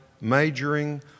majoring